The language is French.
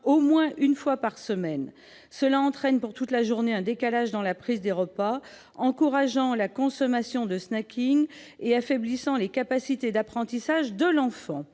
au moins une fois par semaine. Cela entraîne pour toute la journée un décalage dans la prise des repas, ce qui encourage la consommation de et affaiblit les capacités d'apprentissage de l'enfant.